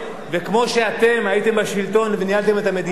וכמו שאתם הייתם בשלטון וניהלתם את המדינה,